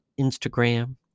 Instagram